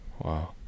Wow